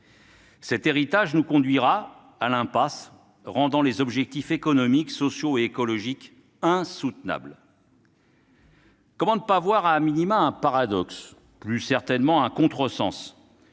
Cet héritage nous conduira à l'impasse, rendant les objectifs économiques, sociaux et écologiques inatteignables. Comment ne pas voir au moins un paradoxe, et plus certainement un contresens,